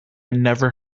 never